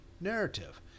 narrative